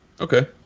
Okay